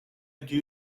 hebben